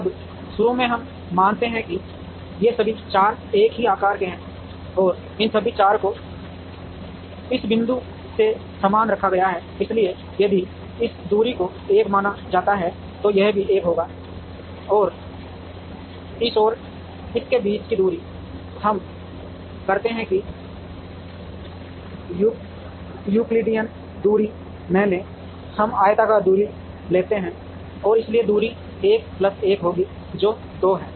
अब शुरू में हम मानते हैं कि ये सभी 4 एक ही आकार के हैं और इन सभी 4 को इस बिंदु से समान रखा गया है इसलिए यदि इस दूरी को 1 माना जाता है तो यह भी 1 होगा और इस और इस के बीच की दूरी हम करते हैं यूक्लिडियन दूरी न लें हम आयताकार दूरी लेते हैं और इसलिए दूरी 1 प्लस 1 होगी जो 2 है